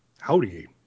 Howdy